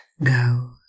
go